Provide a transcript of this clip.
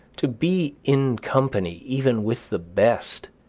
to be in company, even with the best,